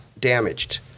damaged